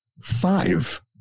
five